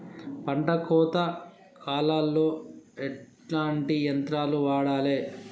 పంట కోత కాలాల్లో ఎట్లాంటి యంత్రాలు వాడాలే?